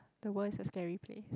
the world is a scary place